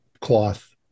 cloth